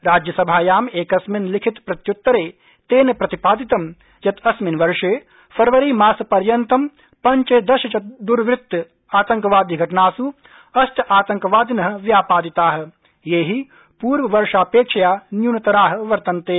राज्यसभायाम् क्रिस्मिन् लिखित प्रत्युत्तरे तेन प्रतिपादितं यत् अस्मिन् वर्षे फरवरीमासपर्यन्तं पंचदश द्वृत्त आतंकवादि घटनास् अष्टातंकवादिन व्यापादिता ये हि पूर्ववर्षापेक्षया न्यूनतरा वर्तन्ते